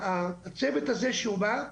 הצוות הזה שהוא בא,